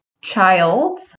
child